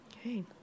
Okay